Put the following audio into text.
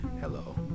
Hello